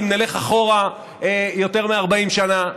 אם נלך אחורה יותר מ-40 שנה,